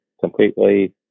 completely